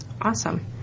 Awesome